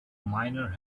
miner